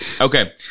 Okay